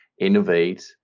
innovate